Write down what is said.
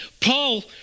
Paul